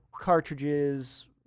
cartridges